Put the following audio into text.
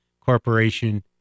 corporation